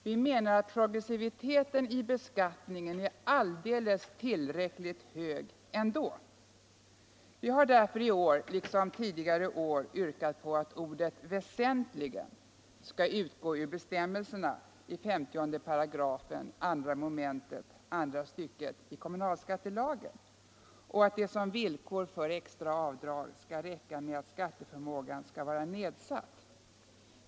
Vi menar att progressiviteten i beskattningen är tillräckligt hög ändå. Vi har därför i år, liksom tidigare år, yrkat att ordet väsentligen skall utgå ur bestämmelserna i 50 § 2 mom. andra stycket kommunalskattelagen och att det som villkor för extra avdrag skall räcka med att skatteförmågan är nedsatt.